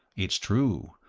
it's true.